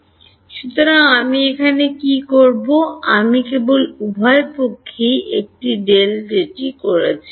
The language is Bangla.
সুতরাং আমি এখানে কী করব আমি কেবল উভয় পক্ষেই একটি করেছি